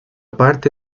parte